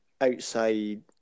outside